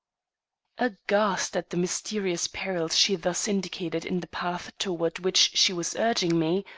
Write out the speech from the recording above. aghast at the mysterious perils she thus indicated in the path toward which she was urging me,